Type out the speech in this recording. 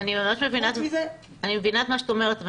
אני מבינה את מה שאת אומרת.